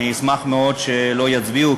אני אשמח מאוד שלא יצביעו,